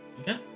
Okay